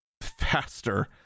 faster